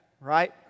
right